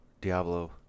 Diablo